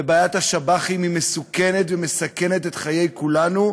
ובעיית השב"חים היא מסוכנת ומסכנת את חיי כולנו,